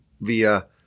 via